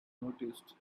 noticed